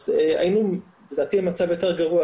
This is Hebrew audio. אז היינו לדעתי במצב יותר גרוע,